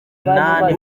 inani